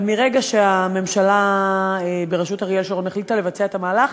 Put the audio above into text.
אבל מרגע שהממשלה בראשות אריאל שרון החליטה לבצע את המהלך,